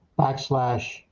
backslash